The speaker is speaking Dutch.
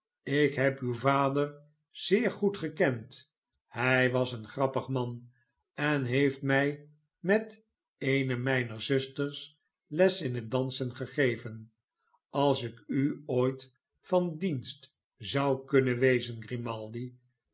ik neb uw vader zeer goed gekend hij was een grappig man en heeft mij met eene mijner zusters les in het dansen gegeven als ik u ooit van dienst zou kunnen wezen